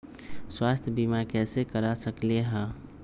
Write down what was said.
स्वाथ्य बीमा कैसे करा सकीले है?